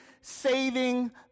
saving